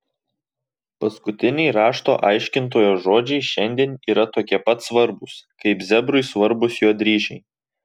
paskutiniai rašto aiškintojo žodžiai šiandien yra tokie pat svarbūs kaip zebrui svarbūs jo dryžiai